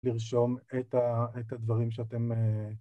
לרשום את הדברים את הדברים שאתם...